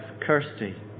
Kirsty